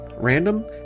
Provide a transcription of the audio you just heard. random